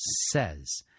says